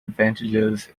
advantages